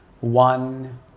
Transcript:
one